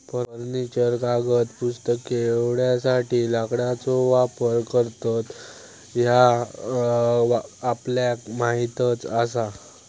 furniture, कागद, पुस्तके एवढ्यासाठी लाकडाचो वापर करतत ह्या आपल्याक माहीतच आसा